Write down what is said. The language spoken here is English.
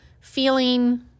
feeling